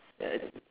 ya